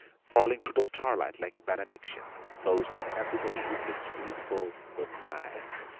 falling through the starlight like a benediction, closed the happy day with its peaceful good night.